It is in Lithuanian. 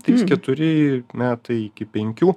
trys keturi metai iki penkių